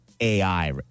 AI